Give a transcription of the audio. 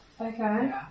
Okay